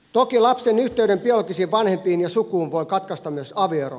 toki lapsen yhteyden biologisiin vanhempiin ja sukuun voi katkaista myös avioero